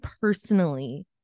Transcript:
personally